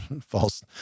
false